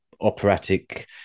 operatic